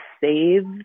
save